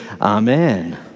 amen